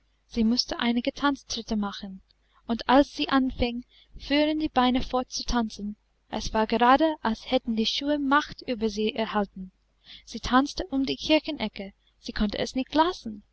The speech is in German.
sie mußte einige tanztritte machen und als sie anfing fuhren die beine fort zu tanzen es war gerade als hätten die schuhe macht über sie erhalten sie tanzte um die kirchenecke sie konnte es nicht lassen